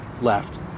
left